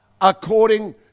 according